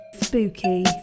spooky